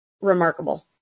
remarkable